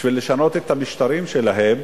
בשביל לשנות את המשטרים שלהם,